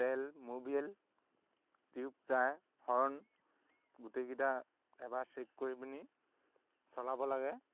তেল mobil tube tyre horn গোটেইকেইটা এবাৰ চেক কৰি পিনি চলাব লাগে